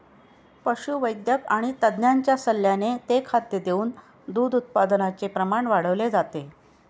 पशुवैद्यक आणि तज्ञांच्या सल्ल्याने ते खाद्य देऊन दूध उत्पादनाचे प्रमाण वाढवले जाते